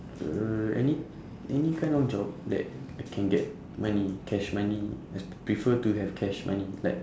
uh any any kind of job that I can get money cash money I p~ prefer to have cash money